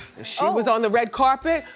she was on the red carpet,